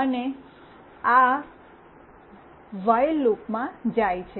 અને આ while loop માં જાય છે